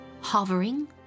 hovering